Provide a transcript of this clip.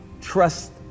trust